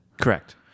Correct